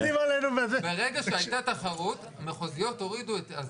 ברגע שהייתה תחרות המחוזיות הורידו את הזמן לחצי.